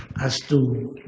as to